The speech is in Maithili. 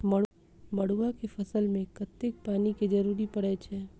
मड़ुआ केँ फसल मे कतेक पानि केँ जरूरत परै छैय?